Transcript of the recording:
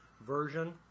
version